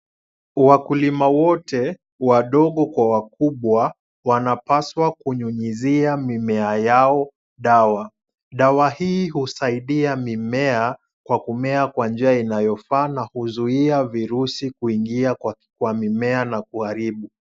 Wakulima wote wadogo kwa wakubwa wanapaswa kunyunyuzia mimea yao dawa. Dawa hii husaidia mimea kwa kumea kwa njia inayofaa na kuzuia virusi kuingia kwa mimea na kuharibu.